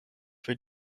für